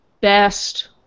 best